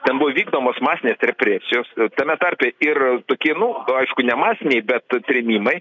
ten buvo vykdomos masinės represijos tame tarpe ir toki nu aišku ne masiniai bet trėmimai